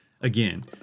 again